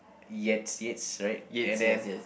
Yates Yates right and then